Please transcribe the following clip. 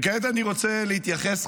וכעת אני רוצה להתייחס,